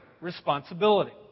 responsibility